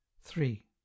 three